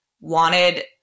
wanted